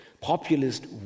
populist